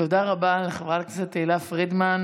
תודה רבה לחברת הכנסת תהלה פרידמן.